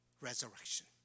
resurrection